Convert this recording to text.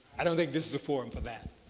i don't think this is the forum for that.